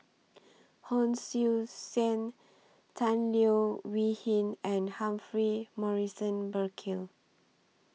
Hon Sui Sen Tan Leo Wee Hin and Humphrey Morrison Burkill